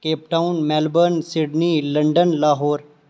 Cape Town Melbourne Sydney London Lahore